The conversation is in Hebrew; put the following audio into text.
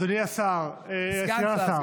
אדוני השר, סגן שר.